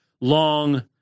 long